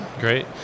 great